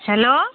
hello